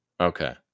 okay